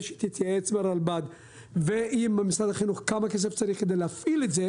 שתתייעץ עם הרלב"ד ועם משרד החינוך כמה כסף צריך כדי להפעיל את זה